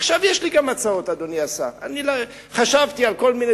עכשיו, יש לי גם הצעות, אדוני השר.